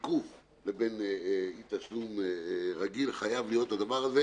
תיקוף לבין אי תשלום רגיל, חייב להיות הדבר הזה.